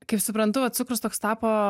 kaip suprantu va cukrus toks tapo